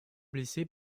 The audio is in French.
blessé